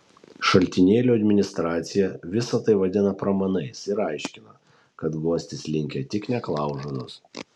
šaltinėlio administracija visa tai vadina pramanais ir aiškina kad guostis linkę tik neklaužados